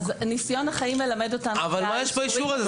ניסיון החיים מלמד אותנו שהאישורים --- אבל מה יש באישור הזה?